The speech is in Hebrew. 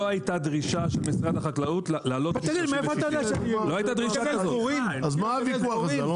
לא הייתה דרישה של משרד החקלאות לעלות מ-30 --- אז מה הוויכוח הזה?